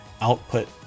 output